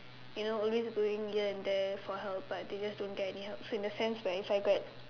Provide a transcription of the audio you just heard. you know all this bullying here and there for help but they just don't get any help so in a sense that if I get